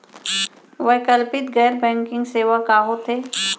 वैकल्पिक गैर बैंकिंग सेवा का होथे?